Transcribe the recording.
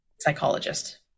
psychologist